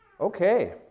Okay